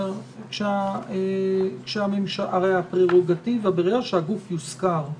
ברגע שהגוף יוזכר,